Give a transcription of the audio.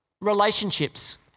relationships